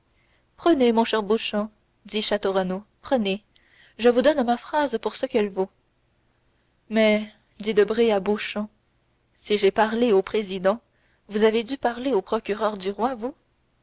prenez mon cher monsieur beauchamp dit château renaud prenez je vous donne ma phrase pour ce qu'elle vaut mais dit debray à beauchamp si j'ai parlé au président vous avez dû parler au procureur du roi vous